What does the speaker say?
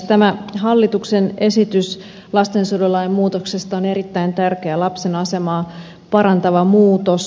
tämä hallituksen esitys lastensuojelulain muutoksesta on erittäin tärkeä lapsen asemaa parantava muutos